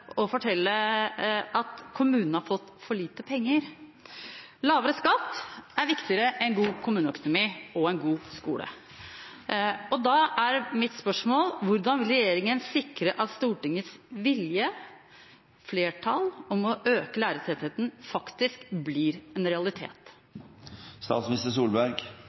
å fortelle på at kommunene har fått for lite penger. Lavere skatt er viktigere enn god kommuneøkonomi og en god skole. Da er mitt spørsmål: Hvordan vil regjeringen sikre at Stortingets vilje – flertallet – om å øke lærertettheten faktisk blir en